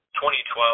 2012